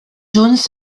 jones